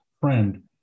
friend